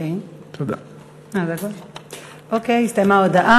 תוך שנה, תוך שנה.